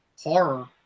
horror